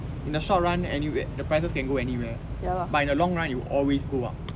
in the short run anywhere the prices can go anywhere but in the long run it will always go up